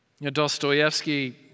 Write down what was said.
Dostoevsky